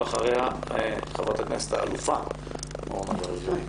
ואחריה חברת הכנסת האלופה במיל' אורנה ברביבאי.